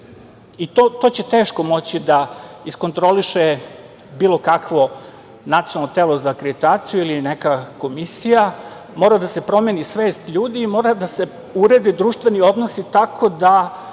i to će teško moći da iskontroliše bilo kakvo nacionalno telo za akreditaciju ili neka komisija. Mora da se promeni svest ljudi i mora da se urede društveni odnosi tako da